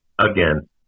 again